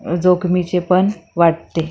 जोखमीचे पण वाटते